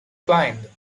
blind